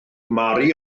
mary